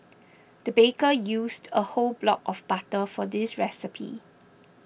the baker used a whole block of butter for this recipe